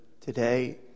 today